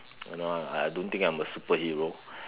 you know I don't think I'm a superhero